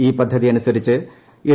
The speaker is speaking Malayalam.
ഇൌ പദ്ധതി അനുസരിച്ച് എൻ